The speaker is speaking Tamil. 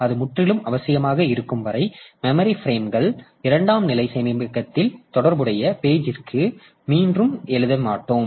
அது முற்றிலும் அவசியமாக இருக்கும் வரை மெமரி பிரேம்கள் இரண்டாம் நிலை சேமிப்பகத்தில் தொடர்புடைய பேஜ்ற்கு மீண்டும் எழுத மாட்டோம்